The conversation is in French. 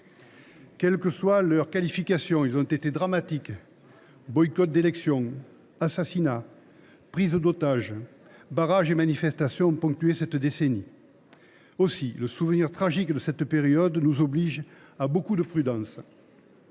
Quelle que soit leur qualification, les faits ont été dramatiques : boycott d’élections, assassinats, prise d’otages, barrages et manifestations ont ponctué cette décennie. Aussi, le souvenir tragique de cette période nous oblige à faire preuve